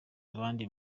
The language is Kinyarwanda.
abandi